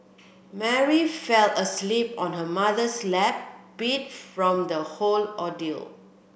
Mary fell asleep on her mother's lap beat from the whole ordeal